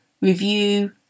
review